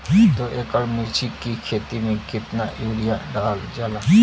दो एकड़ मिर्च की खेती में कितना यूरिया डालल जाला?